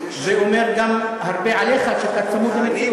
זה אומר גם הרבה עליך, שאתה צמוד למציאות.